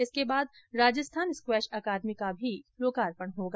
इसके बाद Rajasthan squash academy का मी लोकार्पण होगा